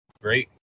great